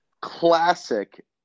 classic